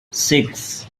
six